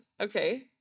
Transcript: okay